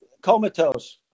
comatose